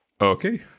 Okay